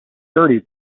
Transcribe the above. dirty